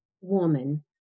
woman